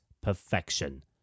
perfection